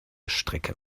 strecke